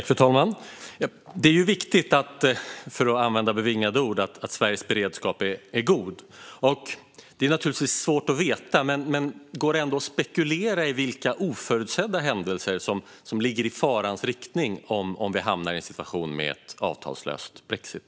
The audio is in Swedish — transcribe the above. Fru talman! Det är viktigt - för att använda bevingade ord - att Sveriges beredskap är god. Det är naturligtvis svårt att veta, men är det möjligt att ändå spekulera i vilka oförutsedda händelser som ligger i farans riktning om vi hamnar i en situation med en avtalslös brexit?